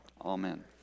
Amen